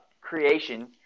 creation